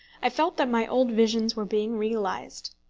i felt that my old visions were being realised.